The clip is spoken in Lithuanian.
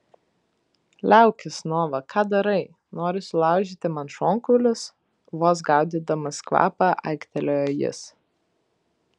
liaukis nova ką darai nori sulaužyti man šonkaulius vos gaudydamas kvapą aiktelėjo jis